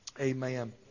amen